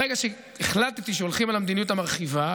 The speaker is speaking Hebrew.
ברגע שהחלטתי שהולכים על המדיניות המרחיבה,